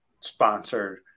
sponsored